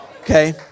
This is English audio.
Okay